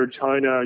China